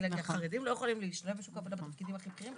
חרדים לא יכולים להשתלב בשוק העבודה בתפקידים הכי בכירים?